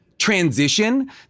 transition